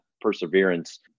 perseverance